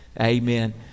Amen